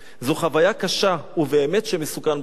זו חוויה קשה, ובאמת שמסוכן ברחובות.